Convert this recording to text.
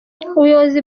ubuyobozi